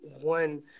one